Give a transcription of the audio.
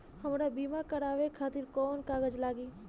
हमरा बीमा करावे खातिर कोवन कागज लागी?